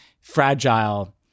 fragile